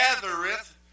gathereth